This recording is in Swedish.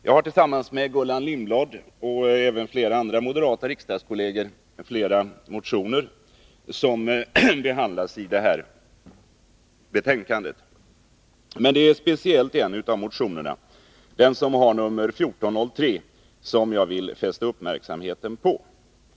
Jag har tillsammans med Gullan Lindblad och några andra moderata riksdagskolleger väckt flera motioner som behandlas i det här betänkandet. Det är speciellt en av motionerna, den som har nr 1403, som jag vill fästa uppmärksamheten på.